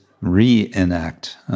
re-enact